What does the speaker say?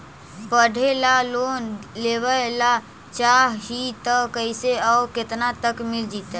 पढ़े ल लोन लेबे ल चाह ही त कैसे औ केतना तक मिल जितै?